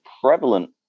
prevalent